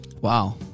Wow